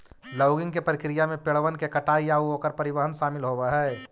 logging के प्रक्रिया में पेड़बन के कटाई आउ ओकर परिवहन शामिल होब हई